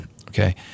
Okay